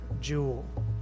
jewel